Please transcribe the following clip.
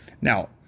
Now